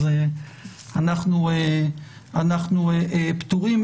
אז אנחנו פטורים,